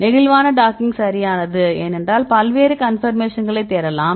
நெகிழ்வான டாக்கிங் சரியானது ஏனென்றால் பல்வேறு கன்பர்மேஷன்களை தேடலாம்